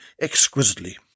exquisitely